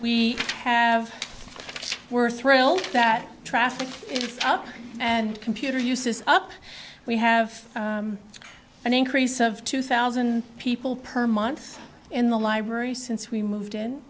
have we're thrilled that traffic out and computer uses up we have an increase of two thousand people per month in the library since we moved in